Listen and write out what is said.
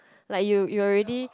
like you you already